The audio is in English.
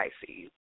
Pisces